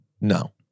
no